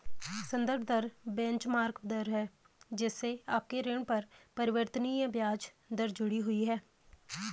संदर्भ दर बेंचमार्क दर है जिससे आपके ऋण पर परिवर्तनीय ब्याज दर जुड़ी हुई है